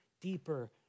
deeper